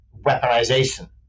weaponization